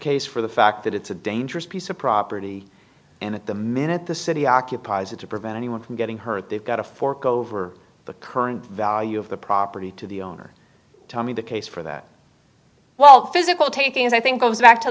case for the fact that it's a dangerous piece of property and at the minute the city occupies it to prevent anyone from getting hurt they've got to fork over the current value of the property to the owner tommy the case for that while physical takings i think i was back to